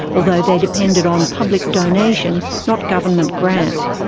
although they depended on public donation, not government grant.